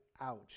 ouch